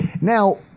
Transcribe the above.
Now